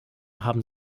haben